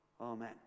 Amen